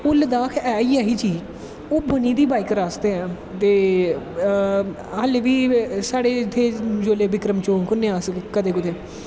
ओह् लद्दाख है गै ऐसी चीज़ ओह् बनी दी गै बाईकर आस्ते ऐ ते हाली बी साढ़े इत्थें जिसलै बिकरम चौंक होंने अस कदैं कदैं